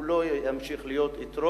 הוא לא ימשיך להיות אתרוג,